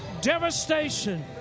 devastation